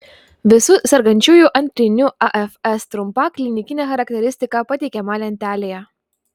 visų sergančiųjų antriniu afs trumpa klinikinė charakteristika pateikiama lentelėje